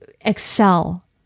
excel